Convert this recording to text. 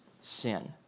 sin